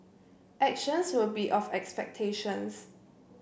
actions will be of expectations